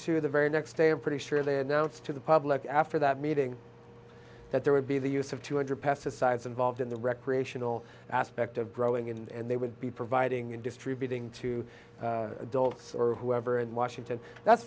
two the very next day i'm pretty sure they announced to the public after that meeting that there would be the use of two hundred pesticides involved in the recreational aspect of growing and they would be providing and distributing to adults or whoever in washington that's